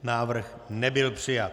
Návrh nebyl přijat.